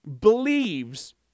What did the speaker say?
believes